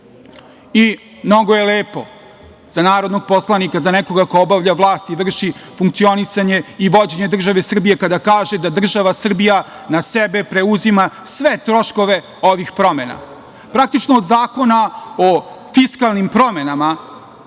državi. Mnogo je lepo za narodnog poslanika, za nekoga ko obavlja vlast i vrši funkcionisanje i vođenje države Srbije kada kaže da država Srbija na sebe preuzima sve troškove ovih promena. Praktično, od Zakona o fiskalnim promenama